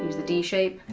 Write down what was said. the d shape.